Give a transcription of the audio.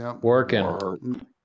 Working